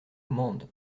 mende